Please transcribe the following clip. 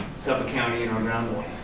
suffolk county and our groundwater.